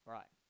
Right